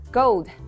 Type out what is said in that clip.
gold